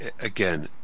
again